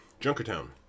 Junkertown